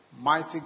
mighty